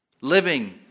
Living